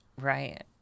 Right